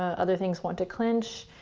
other things want to clench,